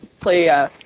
play